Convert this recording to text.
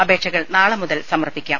അപേക്ഷകൾ നാളെ മുതൽ സമർപ്പിക്കാം